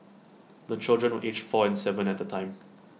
the children were aged four and Seven at the time